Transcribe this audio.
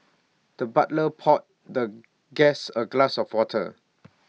the butler poured the guest A glass of water